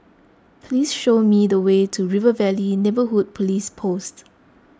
please show me the way to River Valley Neighbourhood Police Post